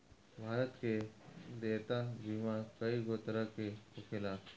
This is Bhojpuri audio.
भारत में देयता बीमा कइगो तरह के होखेला